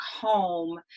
home